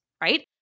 right